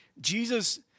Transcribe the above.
Jesus